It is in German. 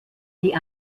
die